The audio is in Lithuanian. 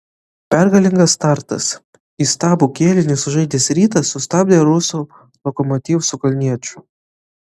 pergalingas startas įstabų kėlinį sužaidęs rytas sustabdė rusų lokomotiv su kalniečiu